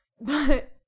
but-